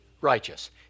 righteous